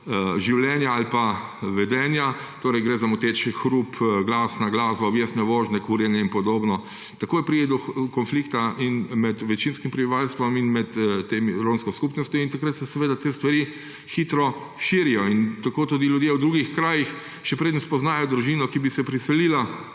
življenja ali vedenja – gre za moteč hrup, glasno glasbo, objestno vožnjo, kurjenje in podobno – takoj pride do konflikta med večinskim prebivalstvom in med romsko skupnostjo in takrat se te stvari hitro širijo. Tako tudi ljudje v drugih krajih, še preden spoznajo družino, ki bi se priselila,